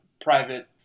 private